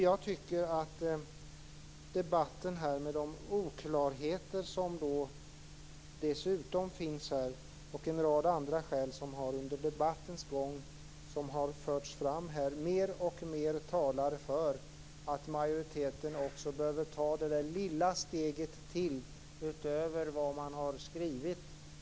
Jag tycker att debatten här, med tanke på de oklarheter som finns och en rad andra skäl som under debattens gång har förts fram, mer och mer talar för att majoriteten behöver ta det där lilla steget utöver vad man har skrivit.